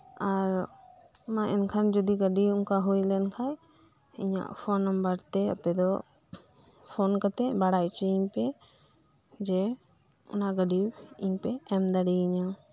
ᱟᱨ ᱢᱟ ᱮᱱᱠᱷᱟᱱ ᱜᱟᱹᱰᱤ ᱡᱚᱫᱤ ᱚᱱᱠᱟ ᱦᱩᱭ ᱞᱮᱱᱠᱷᱟᱡ ᱤᱧᱟᱜ ᱯᱷᱚᱱ ᱱᱚᱢᱵᱚᱨ ᱛᱮ ᱟᱯᱮᱫᱚ ᱯᱷᱚᱱ ᱠᱟᱛᱮᱜ ᱵᱟᱲᱟᱭ ᱩᱪᱩᱭᱤᱧ ᱯᱮ ᱡᱮ ᱚᱱᱟ ᱜᱟᱹᱰᱤ ᱤᱧᱯᱮ ᱮᱢᱫᱟᱲᱤᱭᱟᱹᱧᱟᱹ